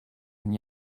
and